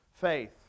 faith